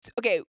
Okay